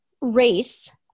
race